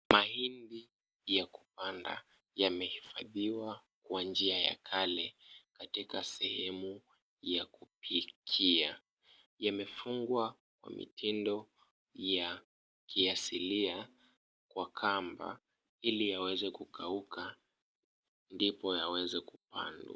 Mahindi ya kupanda yamehifadhiwa kwa njia ya kale katika sehemu ya kupikia. Yamefungwa kwa mitindo ya kiasilia kwa kamba ili yaweze kukauka ndipo yaweze kupandwa.